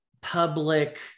public